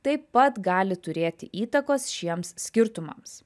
taip pat gali turėti įtakos šiems skirtumams